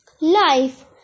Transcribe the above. Life